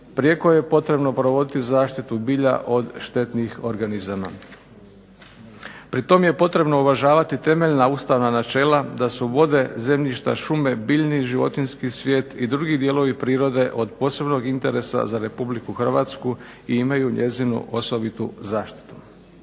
prijeko je potrebno provoditi zaštitu bilja od štetnih organizama. Pritom je potrebno uvažavati temeljna ustavna načela da su vode, zemljišta, šume biljni i životinjski svijet, i drugi dijelovi prirode od posebnog interesa za Republiku Hrvatsku i imaju njezinu osobitu zaštitu.